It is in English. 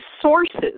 sources